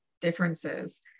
differences